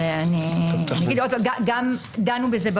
דנו בזה,